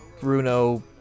Bruno